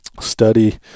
study